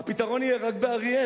ואז הפתרון יהיה רק באריאל,